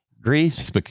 Greece